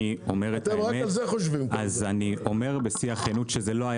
אני אומר את האמת.